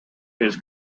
his